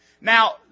Now